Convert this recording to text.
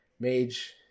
mage